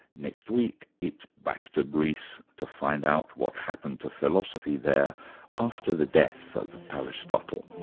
next week, it's back to greece to find out what happened to philosophy there after the death of aristotle.